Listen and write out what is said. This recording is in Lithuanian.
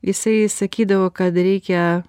jisai sakydavo kad reikia